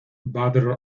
badr